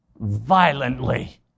violently